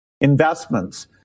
investments